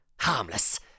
Harmless